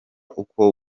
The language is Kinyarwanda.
uko